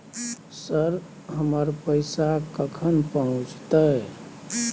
Sir, हमर पैसा कखन पहुंचतै?